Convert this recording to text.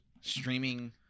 streaming